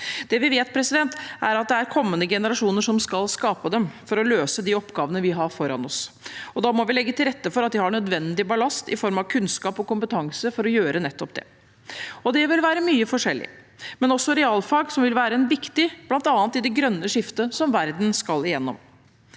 Det vi vet, er at det er kommende generasjoner som skal skape dem for å løse de oppgavene vi har foran oss. Da må vi legge til rette for at de har nødvendig ballast i form av kunnskap og kompetanse for å gjøre nettopp det. Det vil være mye forskjellig, men også realfag vil være viktig, bl.a. i det grønne skiftet som verden skal gjennom.